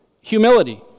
humility